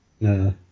No